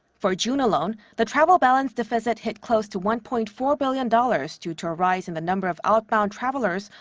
for june alone, the travel balance deficit hit close to one point four billion dollars due to a rise in the number of outbound travelers,